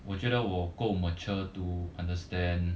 我觉得我够 mature to understand